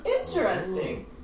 Interesting